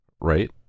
Right